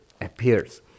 appears